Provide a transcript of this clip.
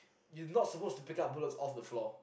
you not supposed to pick up bullets off the floor